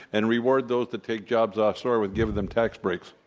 and reward those that take jobs offshore with giving them tax breaks.